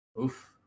Oof